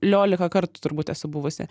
lioliką kartų turbūt esu buvusi